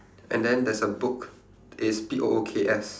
and then there's a book it's B O O K S